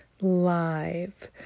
live